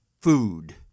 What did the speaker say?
food